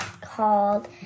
called